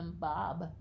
Bob